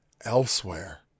elsewhere